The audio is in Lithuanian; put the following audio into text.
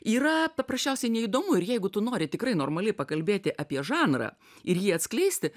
yra paprasčiausiai neįdomu ir jeigu tu nori tikrai normaliai pakalbėti apie žanrą ir jį atskleisti